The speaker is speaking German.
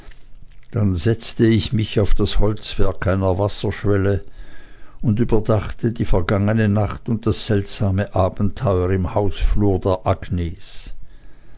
dann setzte ich mich auf das holzwerk einer wasserschwelle und überdachte die vergangene nacht und das seltsame abenteuer im hausflur der agnes